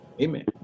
amen